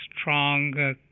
strong